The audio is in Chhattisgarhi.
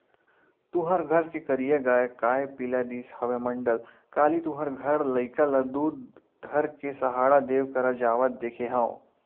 तुँहर घर के करिया गाँय काय पिला दिस हवय मंडल, काली तुँहर घर लइका ल दूद धर के सहाड़ा देव करा जावत देखे हँव?